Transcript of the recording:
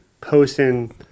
posting